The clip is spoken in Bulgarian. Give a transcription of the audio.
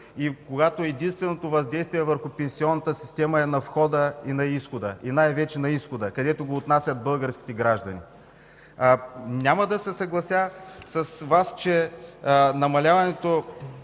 И когато единственото въздействие върху пенсионната система е на входа и на изхода – най-вече на изхода, където го отнасят българските граждани. Няма да се съглася с Вас, че намаляваме